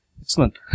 Excellent